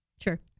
Sure